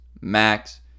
Max